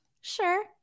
Sure